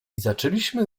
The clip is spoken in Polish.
zaczęliśmy